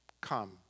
Come